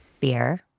Beer